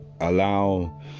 Allow